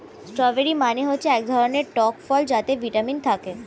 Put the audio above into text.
strawberry মানে হচ্ছে এক ধরনের টক ফল যাতে ভিটামিন থাকে